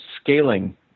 scaling